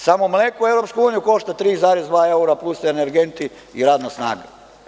Samo mleko EU košta 3,2 evra, plus energenti i radna snaga.